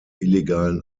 illegalen